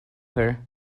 her